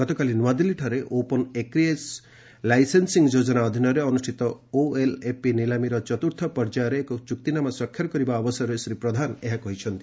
ଗତକାଲି ନୂଆଦିଲ୍ଲୀଠାରେ open acreage licensing ଯୋଜନା ଅଧୀନରେ ଅନୁଷ୍ଠିତ ଓଏଲ୍ଏପି ନିଲାମୀର ଚତୁର୍ଥ ପର୍ଯ୍ୟାୟରେ ଏକ ଚୁକ୍ତିନାମା ସ୍ୱାକ୍ଷର କରିବା ଅବସରରେ ଶ୍ରୀ ପ୍ରଧାନ ଏହା କହିଛନ୍ତି